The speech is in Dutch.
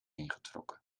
ingetrokken